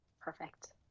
Perfect